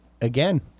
Again